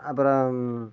அப்புறம்